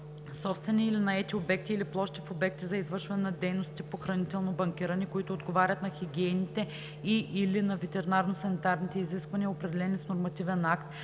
или наети обекти или площи в обекти за извършване на дейностите по хранително банкиране, които отговарят на хигиенните и/или на ветеринарно-санитарните изисквания, определени с нормативен акт;